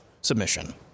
submission